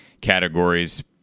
categories